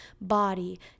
body